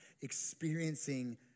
experiencing